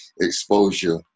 exposure